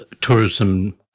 tourism